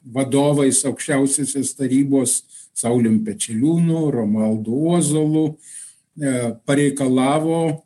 vadovais aukščiausiosios tarybos saulium pečeliūnu romualdu ozolu pareikalavo